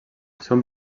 són